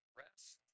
rest